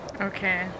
Okay